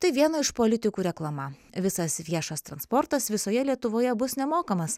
tai vieno iš politikų reklama visas viešas transportas visoje lietuvoje bus nemokamas